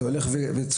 וזה הולך וצומח.